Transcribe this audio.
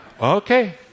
okay